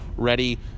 ready